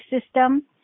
system